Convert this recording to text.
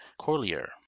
Corlier